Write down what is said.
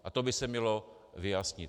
A to by se mělo vyjasnit.